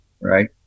right